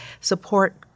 support